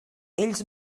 ells